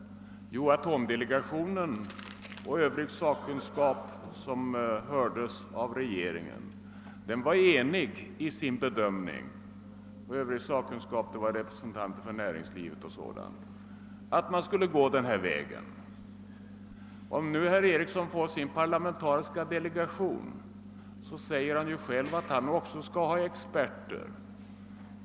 Jo, atomdelegationen och övrig sakkunskap — med representanter för bl.a. näringslivet — som hördes av regeringen var enig i sin bedömning att vi skulle gå den väg vi sedan gick. Om herr Eriksson fick sin parlamentariska delegation skulle han ju efter vad han själv säger även där ha med experter.